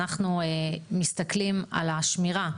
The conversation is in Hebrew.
אנחנו מסתכלים על השמירה,